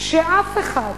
שאף אחד,